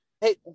hey